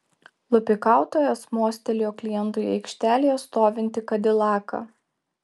lupikautojas mostelėjo klientui į aikštelėje stovintį kadilaką